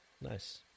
nice